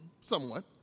somewhat